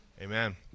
Amen